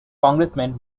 congressman